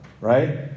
right